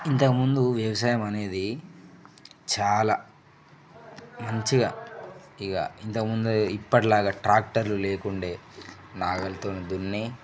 ఇంతకుముందు వ్యవసాయం అనేది చాలా మంచిగా ఇక ఇంతకుముందు ఇప్పటిలాగా ట్రాక్టర్లు లేకుండే నాగలితోని దున్ని